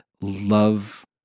love